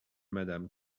madame